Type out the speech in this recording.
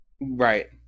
Right